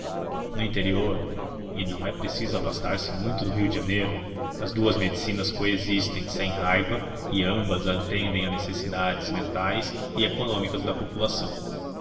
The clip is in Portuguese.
no interior e não é preciso afastar-se muito do rio de janeiro as duas medicinas coexistem sem raiva e ambas atendem às necessidades mentais e econômicas da população